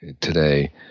today